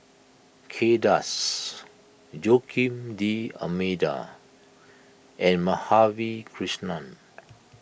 Kay Das Joaquim D'Almeida and Madhavi Krishnan